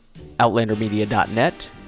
outlandermedia.net